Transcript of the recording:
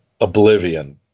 Oblivion